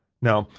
now,